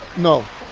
no.